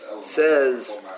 says